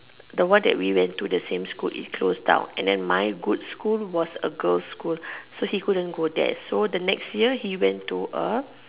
the one that we went to the same school is closed down and then my good school was a girl's school so he couldn't go there so the next year he went to a